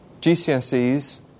GCSEs